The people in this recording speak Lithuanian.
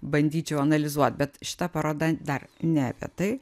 bandyčiau analizuot bet šita paroda dar ne apie tai